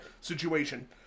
situation